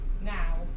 now